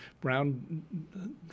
Brown